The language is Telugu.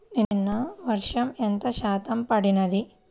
నిన్న వర్షము ఎంత శాతము పడినది?